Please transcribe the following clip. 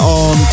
on